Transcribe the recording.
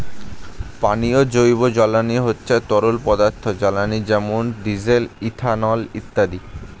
পানীয় জৈব জ্বালানি হচ্ছে তরল পদার্থ জ্বালানি যেমন ডিজেল, ইথানল ইত্যাদি